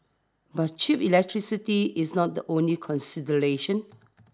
but cheap electricity is not the only consideration